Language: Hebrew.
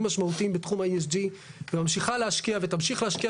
משמעותיים בתחום ה-ESG וממשיכה להשקיע ותמשיך להשקיע